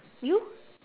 you